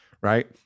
right